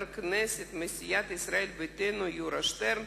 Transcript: כנסת מסיעת ישראל ביתנו יורי שטרן,